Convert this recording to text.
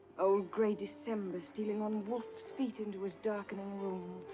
old gray december stealing on wolf's feet into his darkening room.